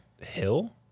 Hill